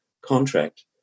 contract